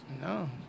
No